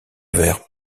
vers